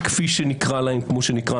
כפי שנקרא להם כמו שנקרא,